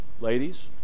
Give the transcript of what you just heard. Ladies